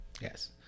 yes